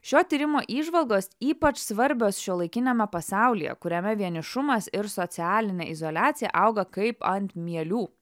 šio tyrimo įžvalgos ypač svarbios šiuolaikiniame pasaulyje kuriame vienišumas ir socialinė izoliacija auga kaip ant mielių